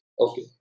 okay